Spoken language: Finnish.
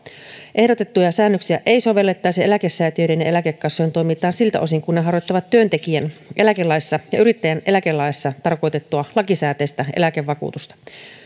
ehdotettuja säännöksiä ei sovellettaisi eläkesäätiöiden ja eläkekassojen toimintaan siltä osin kuin he harjoittavat työntekijän eläkelaissa ja yrittäjän eläkelaissa tarkoitettua lakisääteistä eläkevakuutusta